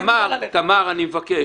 עודד, תמר, בבקשה.